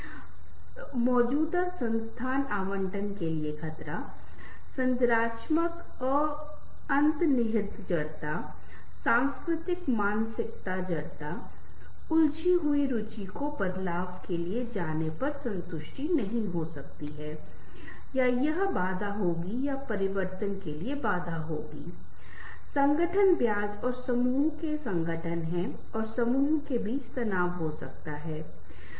यदि आपको किसी प्रकार की समस्या हो रही है और यदि हम लंबे समय तक हमारे भीतर बने रहने की कोशिश कर रहे हैं तो यह हमारी स्वास्थ्य संबंधी समस्या मानसिक समस्या को पैदा करता है लेकिन अगर कोई ऐसा व्यक्ति है जो हमारी बात सुन सकता है तो बस उस को साझा करने से हमें राहत मिलती है तो किसी को कोशिश करनी चाहिए कि कम से कम कुछ दोस्तों के बीच संबंध बनाने की कोशिश करनी चाहिए एक के पास असली दोस्त होने चाहिए और ये दोस्त वास्तव में हमारे बुरे समय में बहुत मदद करते हैं